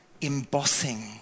embossing